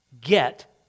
get